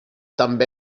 també